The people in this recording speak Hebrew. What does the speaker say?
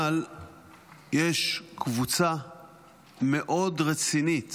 אבל יש קבוצה מאוד רצינית